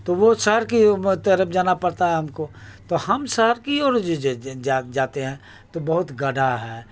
تو وہ شہر کی طرف جانا پڑتا ہے ہم کو تو ہم شہر کی اور جاتے ہیں تو بہت گڈھا ہے